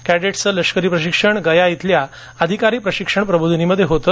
कैडकेसचं लश्करी प्रशिक्षण गया इथल्या अधिकारी प्रशिक्षण प्रबोधीनी मध्ये होत